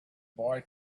boy